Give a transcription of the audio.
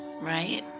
right